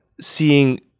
seeing